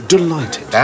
Delighted